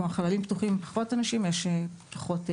כשיש פחות אנשים יש פחות תסמינים.